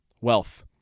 wealth